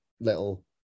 little